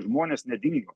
žmonės nedingo